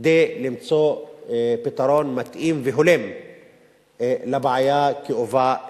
כדי למצוא פתרון מתאים והולם לבעיה כאובה זו.